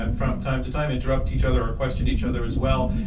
but from time to time, interrupt each other or question each other as well.